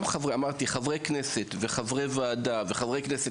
גם חברי כנסת וחברי ועדה וחברי כנסת